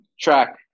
track